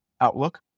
outlook